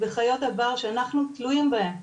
בחיות הבר שאנחנו תלויים בהם,